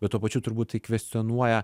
bet tuo pačiu turbūt tai kvestionuoja